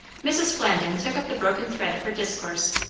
mrs. flandin took up the broken thread of her discourse.